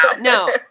No